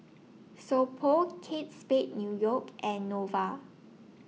So Pho Kate Spade New York and Nova